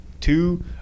Two